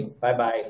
Bye-bye